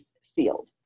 sealed